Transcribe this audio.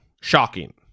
Shocking